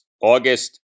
August